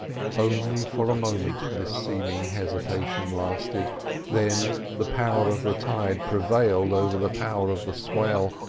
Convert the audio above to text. only for a moment this seeming hesitation lasted then the power of the tide prevailed over the power of the swell,